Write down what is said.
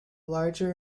larger